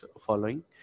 following